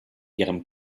ihrem